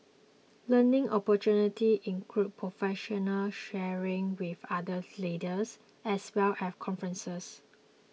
learning opportunities include professional sharing with other leaders as well as conferences